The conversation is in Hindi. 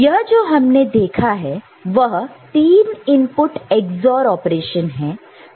यह जो हमने देखा वह 3 इनपुट XOR ऑपरेशन है